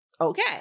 Okay